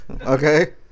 okay